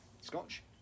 Scotch